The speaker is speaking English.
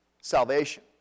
salvation